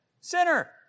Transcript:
Sinner